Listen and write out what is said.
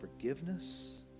forgiveness